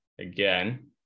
again